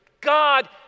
God